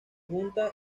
junta